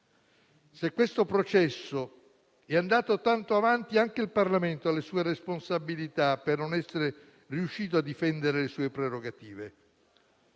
Se questo processo è andato tanto avanti, anche il Parlamento ha le sue responsabilità per non essere riuscito a difendere le sue prerogative.